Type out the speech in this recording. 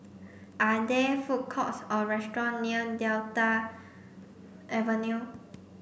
are there food courts or restaurant near Delta Avenue